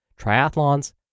triathlons